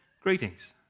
greetings